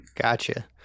Gotcha